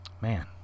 man